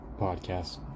podcast